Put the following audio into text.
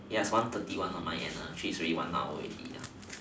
ya one thirty one of my end ah shifts one hours already